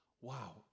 wow